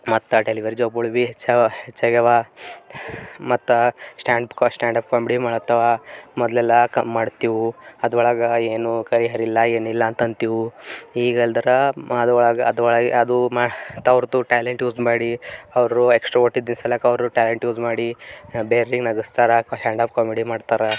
ಮತ್ತು ಆ ಡೆಲಿವರಿ ಜಾಬ್ಗಳು ಭಿ ಹೆಚ್ಚಾವ ಹೆಚ್ಚಾಗ್ಯವ ಮತ್ತು ಸ್ಟ್ಯಾಂಡ್ ಕಾ ಸ್ಟ್ಯಾಂಡಪ್ ಕಾಮಿಡಿ ಮಾಡತ್ತಾವ ಮೊದಲೆಲ್ಲ ಕಮ್ ಮಾಡ್ತಿವು ಅದರೊಳಗೆ ಏನೂ ಕೈ ಹರಿಲ್ಲ ಏನಿಲ್ಲಅಂತ ಅಂತಿವು ಈಗ ಅಲ್ದರ ಅದು ಒಳಗ ಅದು ಒಳಗೆ ಅದು ಮಾ ಅವರ್ದು ಟ್ಯಾಲೆಂಟ್ ಯೂಸ್ ಮಾಡಿ ಅವರು ಎಕ್ಸ್ಟ್ರಾ ವೋಟಿದು ಸಲಕ ಅವರು ಟ್ಯಾಲೆಂಟ್ ಯೂಸ್ ಮಾಡಿ ಬೇರೆಯರಿಗೆ ನಗಿಸ್ತಾರ ಸ್ಟ್ಯಾಂಡಪ್ ಕಾಮಿಡಿ ಮಾಡ್ತಾರೆ